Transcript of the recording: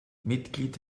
mitglied